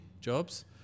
jobs